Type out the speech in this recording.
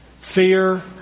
Fear